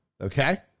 okay